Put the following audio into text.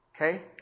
Okay